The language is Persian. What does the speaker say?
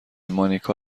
مانیکا